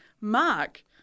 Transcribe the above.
mark